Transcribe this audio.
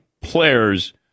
players